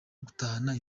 gutahana